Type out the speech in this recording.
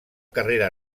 carrera